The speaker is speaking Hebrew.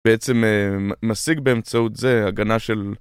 בעצם משיג באמצעות זה הגנה של...